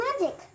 magic